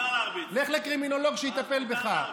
לך לקרימינולוג שיטפל בך.